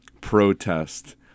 protest